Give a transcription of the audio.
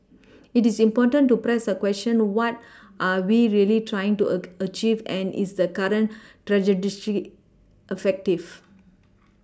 it is important to press a question what are we really trying to a achieve and is the current dish effective